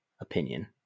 opinion